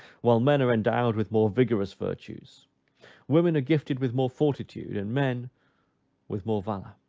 while men are endowed with more vigorous virtues women are gifted with more fortitude, and men with more valor.